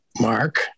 Mark